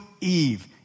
Eve